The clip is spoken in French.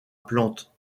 plante